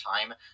time